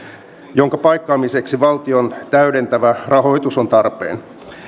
jonka paikkaamiseksi valtion täydentävä rahoitus on tarpeen